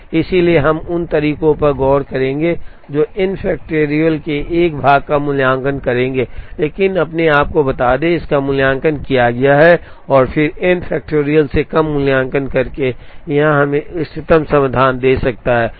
इसलिए हम उन तरीकों पर गौर करेंगे जो n factorial के एक भाग का मूल्यांकन करेंगे लेकिन आपको बता दें कि इसका मूल्यांकन किया गया है और फिर n factorial से कम मूल्यांकन करके यह हमें इष्टतम समाधान दे सकता है